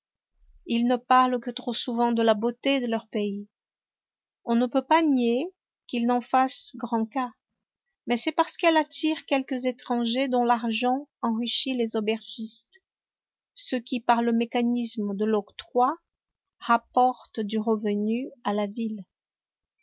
ils ne parlent que trop souvent de la beauté de leur pays on ne peut pas nier qu'ils n'en fassent grand cas mais c'est parce qu'elle attire quelques étrangers dont l'argent enrichit les aubergistes ce qui par le mécanisme de l'octroi rapporte du revenu à la ville